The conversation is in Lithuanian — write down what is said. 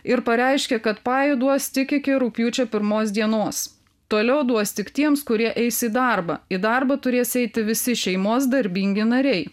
ir pareiškė kad pajų duos tik iki rugpjūčio pirmos dienos toliau duos tik tiems kurie eis į darbą į darbą turės eiti visi šeimos darbingi nariai